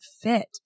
fit